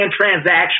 transaction